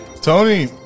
Tony